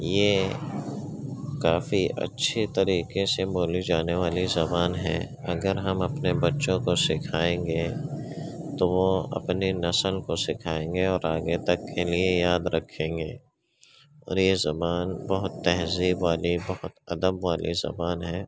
یہ کافی اچھے طریقے سے بولی جانے والی زبان ہے اگر ہم اپنے بچوں کو سکھائیں گے تو وہ اپنی نسل کو سکھائیں گے اور آگے تک کے لیے یاد رکھیں گے اور یہ زبان بہت تہذیب والی بہت ادب والی زبان ہے